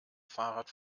fahrrad